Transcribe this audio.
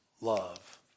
love